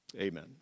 Amen